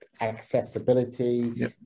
accessibility